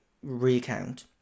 recount